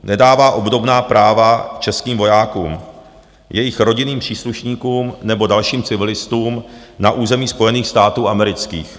Nedává obdobná práva českým vojákům, jejich rodinným příslušníkům nebo dalším civilistům na území Spojených států amerických.